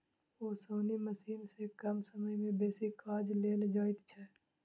ओसौनी मशीन सॅ कम समय मे बेसी काज लेल जाइत छै